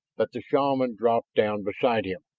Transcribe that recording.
that the shaman dropped down beside him.